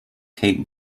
cape